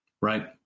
Right